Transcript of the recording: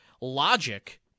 logic